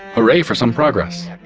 hooray for some progress!